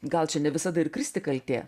gal čia ne visada ir kristi kaltė